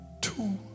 Two